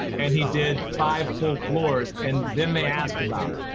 and he did five full floors and then they asked about it.